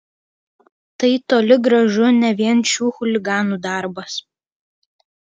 tai toli gražu ne vien šių chuliganų darbas